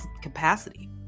capacity